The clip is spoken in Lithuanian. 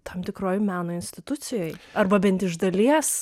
tam tikroje meno institucijoj arba bent iš dalies